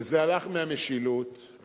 וזה הלך מהמשילות, צריך